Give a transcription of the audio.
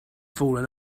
fallen